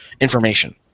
information